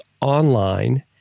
online